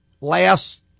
last